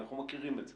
אנחנו מכירים את זה.